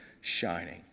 shining